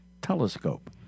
telescope